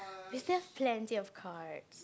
this is plenty of cards